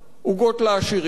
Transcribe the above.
עוגות לעשירים.